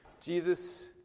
Jesus